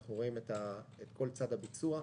אנחנו רואים את כל צד הביצוע.